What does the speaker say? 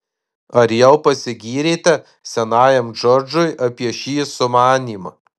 ar jau pasigyrėte senajam džordžui apie šį sumanymą